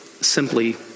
simply